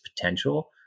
potential